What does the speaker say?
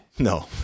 No